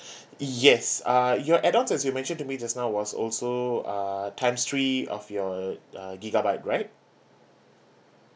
yes uh your add-ons that you mentioned to me just now was also uh times three of your uh gigabyte right